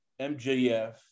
MJF